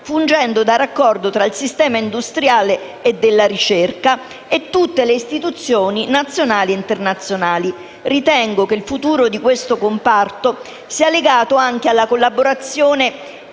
fungendo da raccordo tra il sistema industriale e della ricerca e tutte le istituzioni nazionali e internazionali. Ritengo, infatti, che il futuro di tutto il comparto spaziale sia legato anche alla collaborazione